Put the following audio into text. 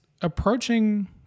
approaching